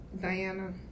Diana